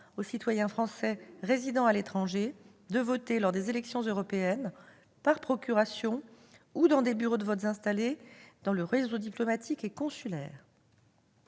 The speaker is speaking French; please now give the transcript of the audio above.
aux citoyens français résidant à l'étranger de voter, lors des élections européennes, par procuration ou dans des bureaux de vote installés dans le réseau diplomatique et consulaire.